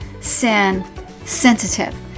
sin-sensitive